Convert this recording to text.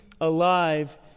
alive